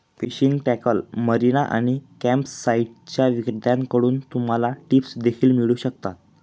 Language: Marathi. फिशिंग टॅकल, मरीना आणि कॅम्पसाइट्सच्या विक्रेत्यांकडून तुम्हाला टिप्स देखील मिळू शकतात